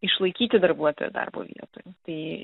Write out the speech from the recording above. išlaikyti darbuotoją darbo vietoj tai